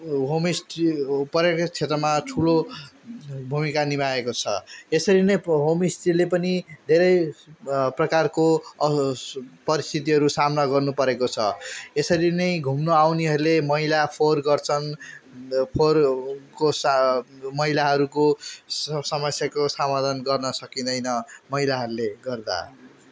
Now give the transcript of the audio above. home stay ओ पर्यटक क्षेत्रमा ठुलो भूमिका निभाएको छ यसरी नै पो होमस्टेले पनि धेरै प्रकारको परिस्थितिहरू सामना गर्नु परेको छ यसरी नै घुम्नु आउनेहरूले मैला फोहोर गर्छन् फोहोरको सा मैलाहरूको स समस्याको समाधान गर्न सकिँदैन मैलाहरूले गर्दा